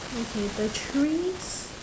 okay the trees